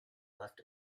left